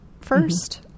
first